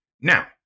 Now